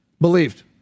believed